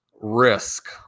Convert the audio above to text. risk